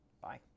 Bye